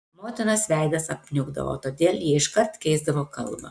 motinos veidas apniukdavo todėl jie iškart keisdavo kalbą